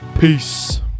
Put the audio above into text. Peace